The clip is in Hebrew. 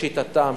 לשיטתם,